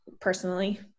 personally